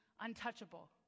untouchable